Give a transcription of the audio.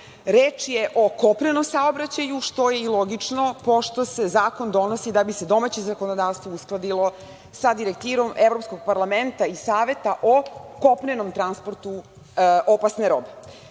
Reč je o kopnenom saobraćaju, što je i logično, pošto se zakon donosi da bi se domaće zakonodavstvo uskladilo sa direktivom Evropskog parlamenta i Saveta o kopnenom transportu opasne robe.